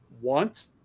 want